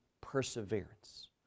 perseverance